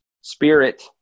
spirit